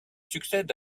succède